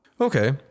Okay